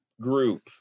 group